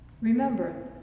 Remember